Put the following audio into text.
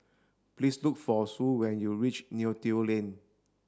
please look for Sue when you reach Neo Tiew Lane